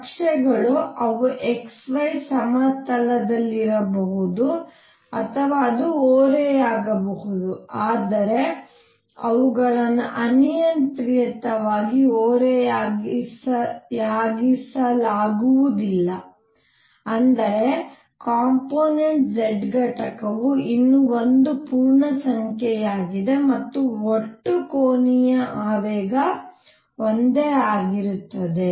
ಕಕ್ಷೆಗಳು ಅವು x y ಸಮತಲದಲ್ಲಿರಬಹುದು ಅಥವಾ ಅವು ಓರೆಯಾಗಬಹುದು ಆದರೆ ಅವುಗಳನ್ನು ಅನಿಯಂತ್ರಿತವಾಗಿ ಓರೆಯಾಗಿಸಲಾಗುವುದಿಲ್ಲ ಅಂದರೆ ಕಂಪೊನೆಂಟ್ z ಘಟಕವು ಇನ್ನೂ ಒಂದು ಪೂರ್ಣಸಂಖ್ಯೆಯಾಗಿದೆ ಮತ್ತು ಒಟ್ಟು ಕೋನೀಯ ಆವೇಗ ಒಂದೇ ಆಗಿರುತ್ತದೆ